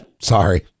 Sorry